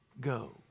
go